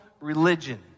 religion